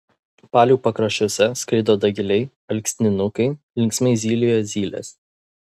palių pakraščiuose skraido dagiliai alksninukai linksmai zylioja zylės